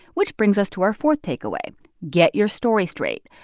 which brings us to our fourth takeaway get your story straight.